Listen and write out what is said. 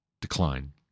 decline